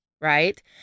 right